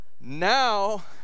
Now